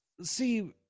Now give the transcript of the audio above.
see